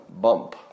bump